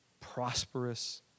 prosperous